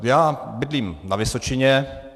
Já bydlím na Vysočině.